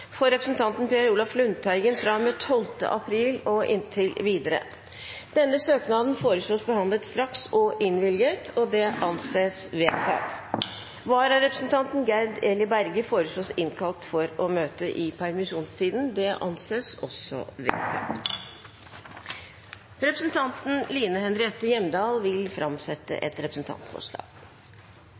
for representanten Per Olaf Lundteigen fra og med 12. april og inntil videre. Etter forslag fra presidenten ble enstemmig besluttet: Søknaden behandles straks og innvilges. Vararepresentanten, Gerd Eli Berge, innkalles for å møte i permisjonstiden. Representanten Line Henriette Hjemdal vil framsette et representantforslag.